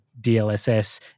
DLSS